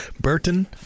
Burton